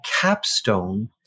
capstone